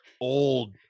old